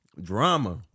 Drama